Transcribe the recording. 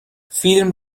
فیلم